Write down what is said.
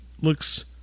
looks